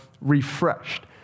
refreshed